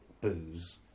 Booze